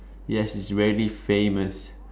yes it's really famous